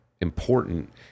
important